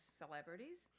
celebrities